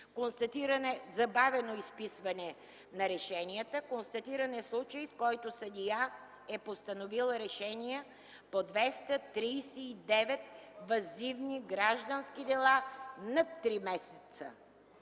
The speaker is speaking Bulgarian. констатиране забавено изписване на решенията. Констатиран е случай, в който съдия е постановил решения по 239 въззивни граждански дела над 3 месеца!